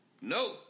No